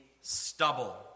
stubble